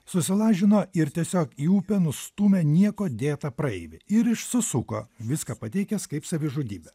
susilažino ir tiesiog į upę nustūmė niekuo dėtą praeivį ir išsisuko viską pateikęs kaip savižudybę